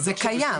זה קיים.